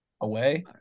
Away